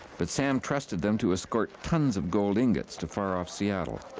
but sam trusted them to escort tons of gold ingots to far-off seattle.